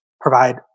provide